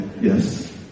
Yes